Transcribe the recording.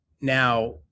now